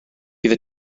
bydd